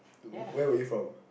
to where we from